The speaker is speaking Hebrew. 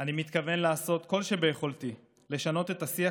אני מתכוון לעשות כל שביכולתי לשנות את השיח